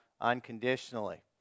unconditionally